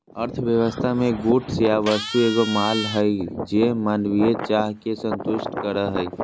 अर्थव्यवस्था मे गुड्स या वस्तु एगो माल हय जे मानवीय चाह के संतुष्ट करो हय